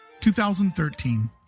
2013